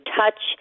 touch